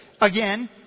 again